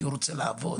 כי הוא רוצה לעבוד.